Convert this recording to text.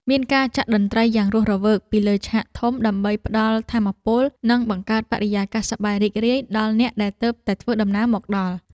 មានការចាក់តន្ត្រីយ៉ាងរស់រវើកពីលើឆាកធំ ដើម្បីផ្ដល់ថាមពល និងបង្កើតបរិយាកាសសប្បាយរីករាយដល់អ្នកដែលទើបតែធ្វើដំណើរមកដល់។